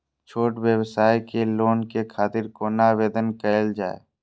छोट व्यवसाय के लोन के खातिर कोना आवेदन कायल जाय?